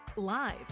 Live